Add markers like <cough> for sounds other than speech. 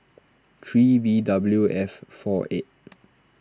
three V W F four eight <noise>